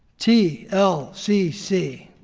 t l c c.